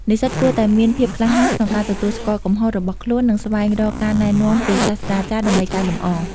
និស្សិតគួរតែមានភាពក្លាហានក្នុងការទទួលស្គាល់កំហុសរបស់ខ្លួន និងស្វែងរកការណែនាំពីសាស្រ្តាចារ្យដើម្បីកែលម្អ។